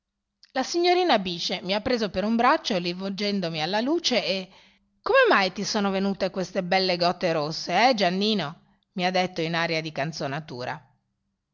la signorina bice mi ha preso per un braccio rivolgendomi alla luce e come mai ti sono venute quelle belle gote rosse eh giannino mi ha detto in aria di